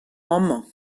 amañ